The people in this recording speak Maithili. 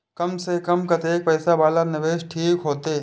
कम से कम कतेक पैसा वाला निवेश ठीक होते?